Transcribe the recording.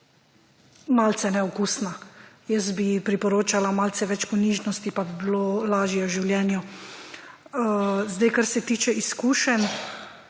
malce neokusna. Jaz bi priporočala malce več ponižnosti, pa bi bilo lažje v življenju. Zdaj, kar se tiče izkušenj,